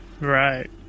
Right